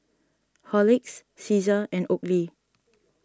Horlicks Cesar and Oakley